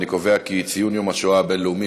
אני קובע כי ציון יום השואה הבין-לאומי